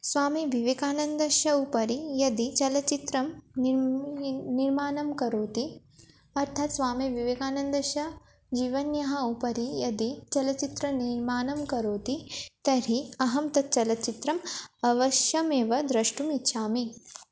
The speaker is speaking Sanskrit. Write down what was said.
स्वामीविवेकानन्दस्य उपरि यदि चलचित्रं निर् निर्माणं करोति अर्थात् स्वामीविवेकानन्दस्य जीवन्याः उपरि यदि चलचित्रं निर्माणं करोति तर्हि अहं तत् चलचित्रम् अवश्यमेव द्रष्टुमिच्छामि